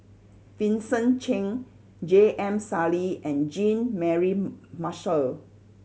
Vincent Cheng J M Sali and Jean Mary Marshall